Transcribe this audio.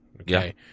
okay